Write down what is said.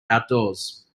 outdoors